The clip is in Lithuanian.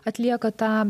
atlieka tą